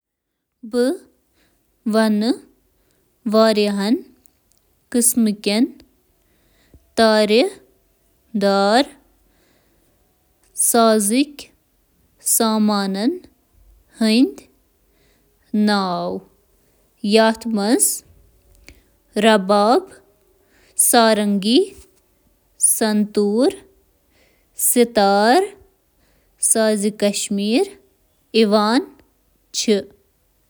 کینٛہہ سٹرنگ آلات چھِ بنیٲدی طور پٲٹھۍ تُلنہٕ یِوان، یِتھ کٔنۍ زَن ہارپ تہٕ الیکٹرک باس۔ باقٕے مِثالَن منٛز چھِ sitar, rebab, banjo, mandolin, ukulele, تہٕ بوزوکی تہٕ باقی شٲمِل۔